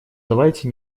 давайте